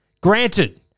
Granted